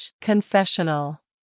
confessional